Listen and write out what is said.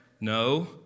No